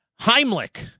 Heimlich